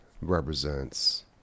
represents